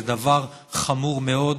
זה דבר חמור מאוד,